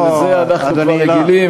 אבל לזה אנחנו כבר רגילים,